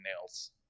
nails